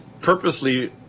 purposely